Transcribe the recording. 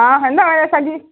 ആ എന്തായെ സജി